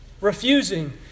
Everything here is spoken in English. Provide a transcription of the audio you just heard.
refusing